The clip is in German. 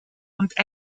und